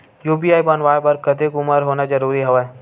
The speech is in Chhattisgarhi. यू.पी.आई बनवाय बर कतेक उमर होना जरूरी हवय?